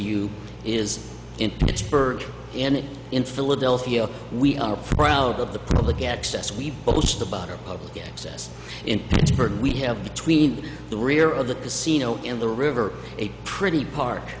you is in pittsburgh and in philadelphia we are proud of the public access we boast about our public access in pittsburgh we have between the rear of the casino in the river a pretty park